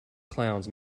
clowns